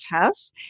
tests